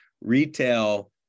retail